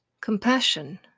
Compassion